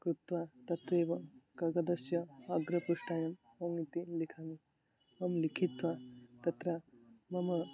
कृत्वा तत्रैव कागदस्य अग्रपृष्ठे ओम् इति लिखामि ओं लिखित्वा तत्र मम